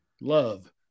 love